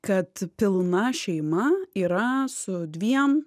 kad pilna šeima yra su dviem